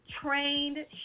trained